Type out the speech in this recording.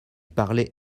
parlait